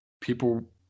people